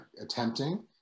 attempting